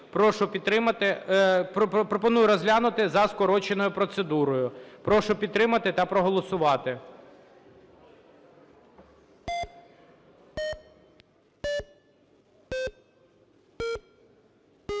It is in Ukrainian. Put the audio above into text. Прошу підтримати та проголосувати.